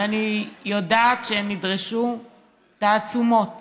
ואני יודעת שנדרשו תעצומות